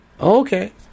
Okay